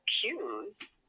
cues